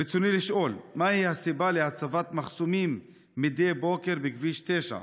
רצוני לשאול: 1. מהי הסיבה להצבת מחסומים מדי בוקר בכביש 9?